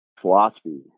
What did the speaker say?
philosophy